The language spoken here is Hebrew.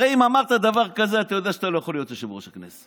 הרי אם אמרת דבר כזה אתה יודע שאתה לא יכול להיות יושב-ראש הכנסת,